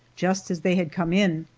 just as they had come in.